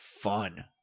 fun